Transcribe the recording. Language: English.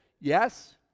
yes